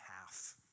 half